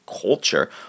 culture